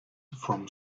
from